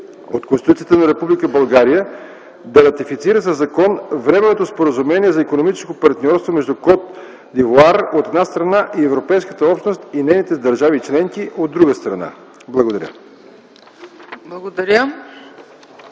от Конституцията на Република България, да ратифицира със закон Временното споразумение за икономическо партньорство между Кот д’Ивоар, от една страна, и Европейската общност и нейните държави членки, от друга страна.” Благодаря.